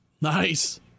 Nice